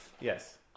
yes